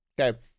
Okay